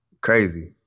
Crazy